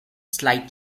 slight